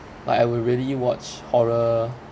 but I would really watch horror